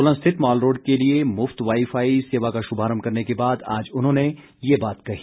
सोलन स्थित मालरोड़ के लिए मुफ्त वाई फाई सेवा का शुभारंभ करने के बाद आज उन्होंने ये बात कही